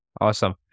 Awesome